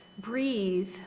Breathe